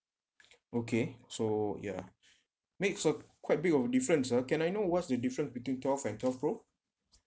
okay so ya makes a quite big of difference uh can I know what's the difference between twelve and twelve pro